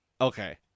Okay